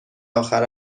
آخر